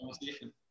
conversation